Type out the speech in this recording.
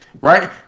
right